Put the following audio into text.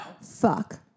fuck